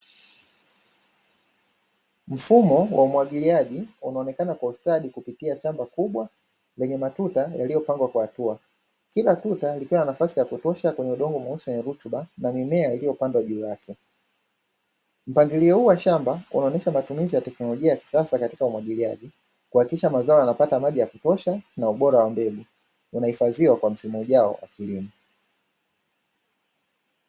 Mfumo wa umwagiliaji unaonekana kwa ustadi kupitia shamba kubwa lenye matunda yaliyopangwa kwa hatua. Kila hatua likiwa na nafasi ya kutosha kwenye udongo mweusi wa rutuba na mimea iliyopandwa juu yake, mpangilio huu wa shamba unaonyesha matumizi ya teknolojia ya kisasa katika umwagiliaji kwa kuhakikisha mazao yanapata maji ya kutosha na ubora wa mbegu, unahifadhiwa kwa msimu ujao wa kilimo.